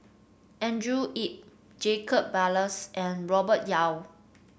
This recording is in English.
Andrew Yip Jacob Ballas and Robert Yeo